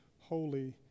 holy